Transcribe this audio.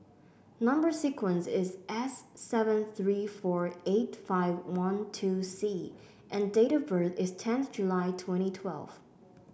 number sequence is S seven three four eight five one two C and date of birth is tenth July twenty twelfth